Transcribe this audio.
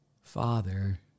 Father